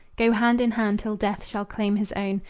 go hand in hand till death shall claim his own,